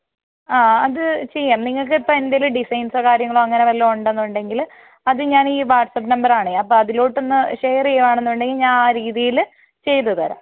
ആ അത് ചെയ്യാം നിങ്ങൾക്കിപ്പം എന്തേലും ഡിസൈൻസോ കാര്യങ്ങളോ അങ്ങനെ വല്ലതും ഉണ്ടെന്നുണ്ടെങ്കിൽ അത് ഞാനീ വാട്സ്ആപ്പ് നമ്പറാണേ അപ്പം അതിലോട്ടൊന്ന് ഷെയർ ചെയ്യുവാണെന്നുണ്ടെങ്കിൽ ഞാൻ ആ രീതീൽ ചെയ്ത് തരാം